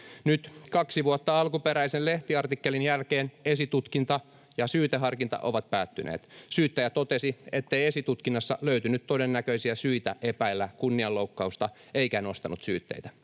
Nyt, kaksi vuotta alkuperäisen lehtiartikkelin jälkeen, esitutkinta ja syyteharkinta ovat päättyneet. Syyttäjä totesi, ettei esitutkinnassa löytynyt todennäköisiä syitä epäillä kunnianloukkausta, eikä nostanut syytteitä.